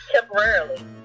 Temporarily